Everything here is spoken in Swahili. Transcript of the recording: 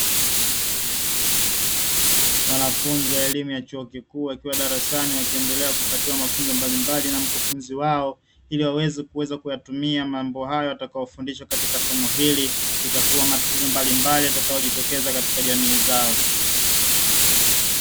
Wanafunzi wa elimu ya chuo kikuu wakiwa darasani wakiendelea kupatiwa mafunzo mbalimbali na mkufunzi wao, ili waweze kuweza kuyatumia mambo hayo watakayofundishwa katika somo hili kutatua matatizo mbalimbali yatakayojitokeza katika jamii zao.